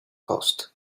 post